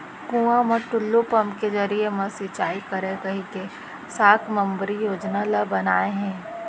कुँआ म टूल्लू पंप के जरिए म सिंचई करय कहिके साकम्बरी योजना ल बनाए हे